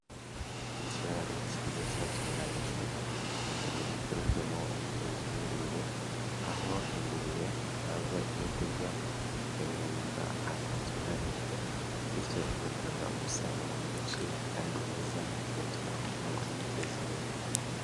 Ikiraro cyiza cyatunganyijwe kugira ngo gikorerwemo ubworozi bw'ingurube, aho ingurube ihabwa ibyo kurya, ikabihererwa ahantu hatunganyijwe, bityo igatanga umusaruro mwinshi kandi mwiza, bigatuma umworozi yiteza imbere.